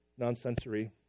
nonsensory